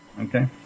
Okay